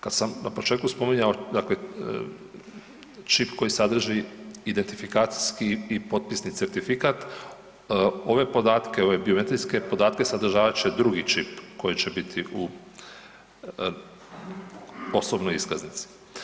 Kada sam na početku spominjao dakle čip koji sadrži identifikacijski i potpisni certifikat ove podatke ove biometrijske podatke sadržavat će drugi čip koji će biti u osobnoj iskaznici.